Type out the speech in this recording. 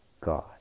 God